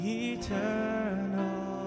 eternal